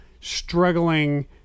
struggling